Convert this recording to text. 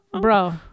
bro